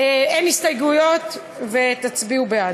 אין הסתייגויות, ותצביעו בעד.